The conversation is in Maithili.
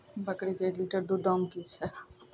बकरी के एक लिटर दूध दाम कि छ?